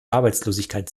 arbeitslosigkeit